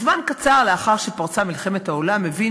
זמן קצר לאחר שפרצה מלחמת העולם הוא הבין